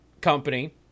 company